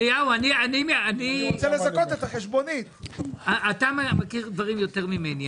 אליהו, אתה מכיר דברים יותר ממני.